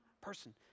person